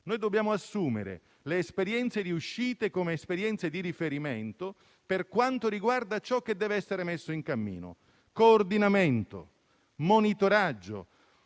Noi dobbiamo assumere le esperienze riuscite come esperienze di riferimento per quanto riguarda ciò che deve essere messo in cammino; coordinamento, monitoraggio,